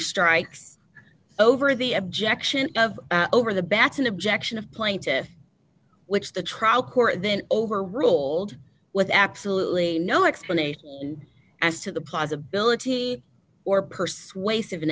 strikes over the objection of over the bats an objection of plaintiffs which the trial court then overruled with absolutely no explanation as to the possibility or persuasive